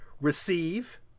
Receive